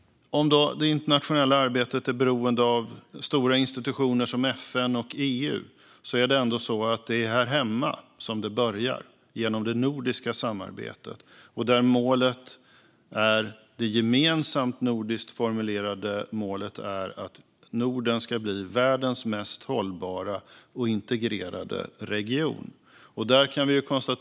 Om det internationella arbetet är beroende av stora institutioner som FN och EU är det ändå så att det är här hemma som det börjar genom det nordiska samarbetet, där det gemensamma nordiskt formulerade målet är att Norden ska bli världens mest hållbara och integrerade region.